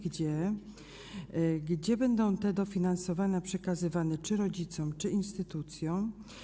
Gdzie, komu będą te dofinansowania przekazywane, czy rodzicom, czy instytucjom?